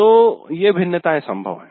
तो ये विभिन्नताए संभव हैं